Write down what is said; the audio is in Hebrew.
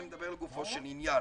אני מדבר לגופי של עניין.